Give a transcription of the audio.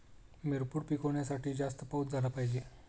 मिरपूड पिकवण्यासाठी जास्त पाऊस झाला पाहिजे